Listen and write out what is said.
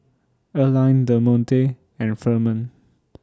Erline Demonte and Firman